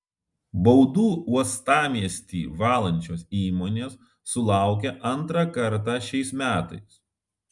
baudų uostamiestį valančios įmonės sulaukia antrą kartą šiais metais